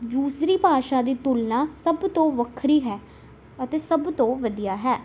ਦੂਸਰੀ ਭਾਸ਼ਾ ਦੀ ਤੁਲਨਾ ਸਭ ਤੋਂ ਵੱਖਰੀ ਹੈ ਅਤੇ ਸਭ ਤੋਂ ਵਧੀਆ ਹੈ